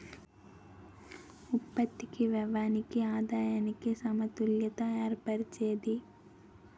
ఉత్పత్తికి వ్యయానికి ఆదాయానికి సమతుల్యత ఏర్పరిచేది